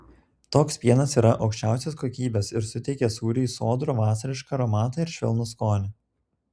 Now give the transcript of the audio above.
toks pienas yra aukščiausios kokybės ir suteikia sūriui sodrų vasarišką aromatą ir švelnų skonį